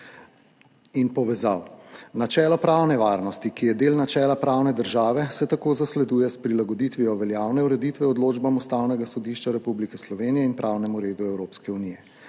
in povezav. Načelo pravne varnosti, ki je del načela pravne države, se tako zasleduje s prilagoditvijo veljavne ureditve odločbam Ustavnega sodišča Republike Slovenije in pravnemu redu Evropske unije.